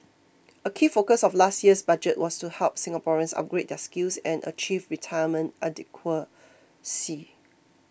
a key focus of last year's Budget